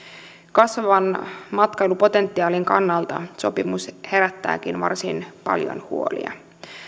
kasvavan matkailupotentiaalin kannalta sopimus herättääkin varsin paljon huolia